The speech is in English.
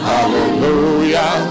Hallelujah